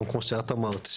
גם כמו שאת אמרת,